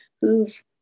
who've